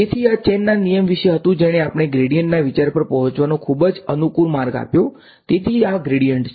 તેથી આ ચેનના નિયમ વિશે હતું જેણે અમને ગ્રેડીયન્ટ ના વિચાર પર પહોંચવાનો ખૂબ અનુકૂળ માર્ગ આપ્યો તેથી આ ગ્રેડીયન્ટ છે